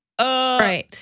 Right